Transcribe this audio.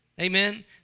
amen